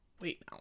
Wait